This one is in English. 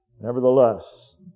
nevertheless